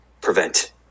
prevent